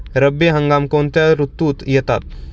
रब्बी हंगाम कोणत्या ऋतूत येतात?